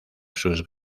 sus